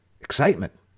excitement